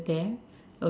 you're there